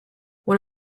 one